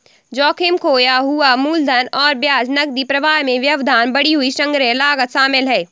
जोखिम, खोया हुआ मूलधन और ब्याज, नकदी प्रवाह में व्यवधान, बढ़ी हुई संग्रह लागत शामिल है